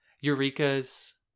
Eureka's